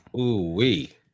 ooh-wee